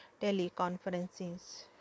teleconferences